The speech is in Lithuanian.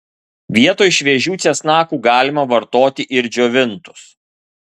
vietoj šviežių česnakų galima vartoti ir džiovintus